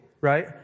right